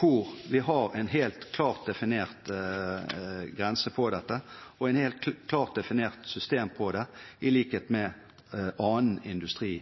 hvor vi har en helt klart definert grense på dette og et helt klart definert system på det, i likhet med for annen industri.